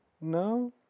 No